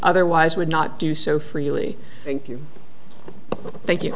otherwise would not do so freely thank you thank you